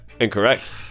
incorrect